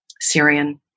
Syrian